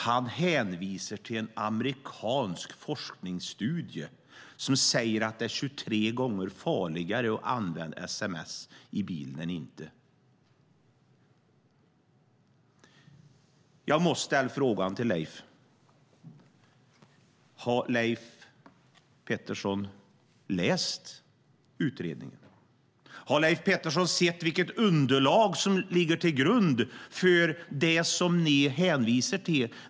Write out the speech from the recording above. Han hänvisar till en amerikansk forskningsstudie som säger att det är 23 gånger farligare att använda sms i bilen än att inte göra det. Jag måste fråga Leif: Har du läst utredningen? Har du sett vilket underlag som ligger till grund för det som ni hänvisar till?